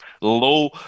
Low